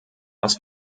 was